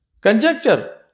conjecture